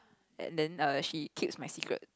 and then err she keeps my secret